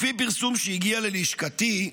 לפי פרסום שהגיע ללשכתי,